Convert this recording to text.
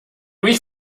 mich